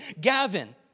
Gavin